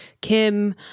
kim